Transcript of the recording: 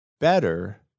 better